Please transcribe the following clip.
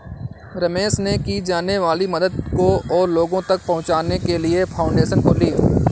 रमेश ने की जाने वाली मदद को और लोगो तक पहुचाने के लिए फाउंडेशन खोली